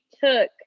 took